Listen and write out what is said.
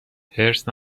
حرص